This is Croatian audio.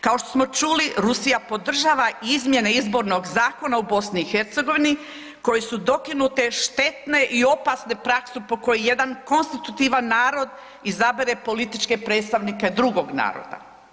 Kao što smo čuli Rusija podržava izmjene izbornog zakona u BiH koje su dokinute, štetne i opasne prakse po kojoj jedan konstitutivan narod izabere političke predstavnike drugog naroda.